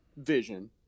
vision